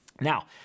Now